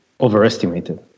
overestimated